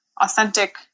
authentic